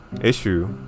issue